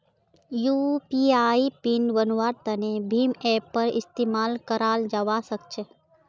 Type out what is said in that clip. UPI PIN बन्वार तने भीम ऐपेर इस्तेमाल कराल जावा सक्छे